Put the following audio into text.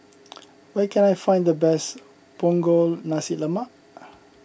where can I find the best Punggol Nasi Lemak